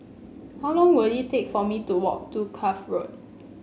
how long will it take for me to walk to Cuff Road